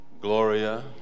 Gloria